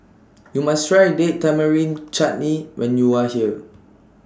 YOU must Try Date Tamarind Chutney when YOU Are here